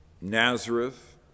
Nazareth